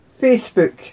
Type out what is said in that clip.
Facebook